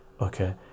okay